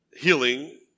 healing